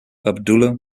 abdullah